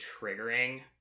triggering